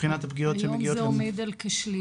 מבחינת הפגיעות שמגיעות ל --- היום זה עומד על כשליש.